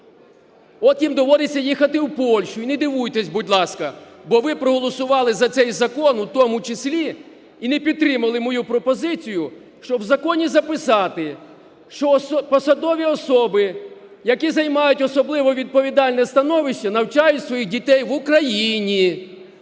От їм доводиться їхати в Польщу. І не дивуйтесь, будь ласка, бо ви проголосували за цей закон в тому числі і не підтримали мою пропозицію, щоб в законі записати, що посадові особи, які займають особливо відповідальне становище, навчають своїх дітей в Україні,